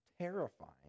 terrifying